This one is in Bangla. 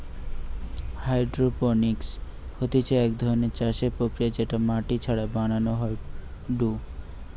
হাইড্রোপনিক্স হতিছে এক ধরণের চাষের প্রক্রিয়া যেটা মাটি ছাড়া বানানো হয়ঢু